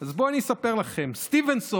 אז בואו אני אספר לכם: סטיבנסון,